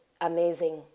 amazing